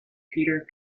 peter